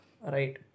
Right